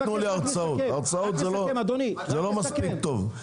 הרצאות זה לא מספיק טוב.